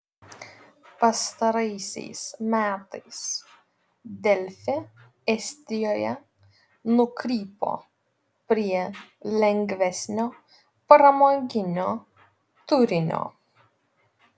pastaraisiais metais delfi estijoje nukrypo prie lengvesnio pramoginio turinio